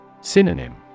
Synonym